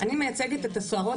אני מייצגת את הסוהרות.